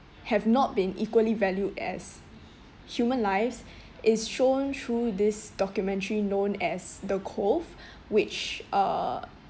have not been equally valued as human lives is shown through this documentary known as the cove which uh